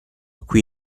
qui